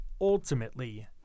ultimately